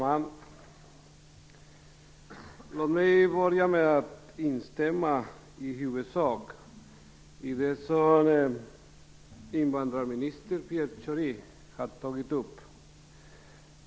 Herr talman! Jag vill börja med att i huvudsak instämma i det som invandrarminister Pierre Schori tog upp här.